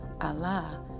Allah